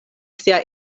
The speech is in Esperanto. sia